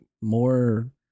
more